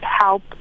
help